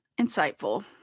insightful